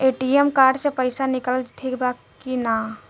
ATM card से पईसा निकालल ठीक बा की ना?